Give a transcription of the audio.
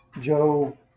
Joe